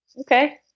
Okay